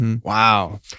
Wow